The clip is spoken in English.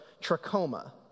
trachoma